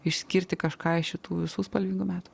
išskirti kažką iš tų visų spalvingų metų